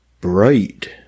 bright